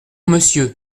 monsieur